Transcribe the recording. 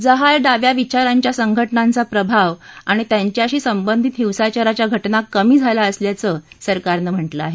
जहाल डाव्या विचारांच्या संघटनांचा प्रभाव आणि त्यांच्यांशी संबंधित हिसांचाराच्या घटना कमी झाल्या असल्याचं सरकारनं म्हटलं आहे